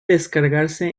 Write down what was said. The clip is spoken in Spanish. descargarse